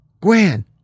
Gwen